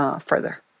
further